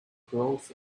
growth